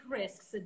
risks